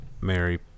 mary